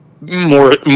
more